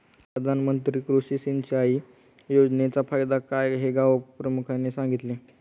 प्रधानमंत्री कृषी सिंचाई योजनेचा फायदा काय हे गावप्रमुखाने सांगितले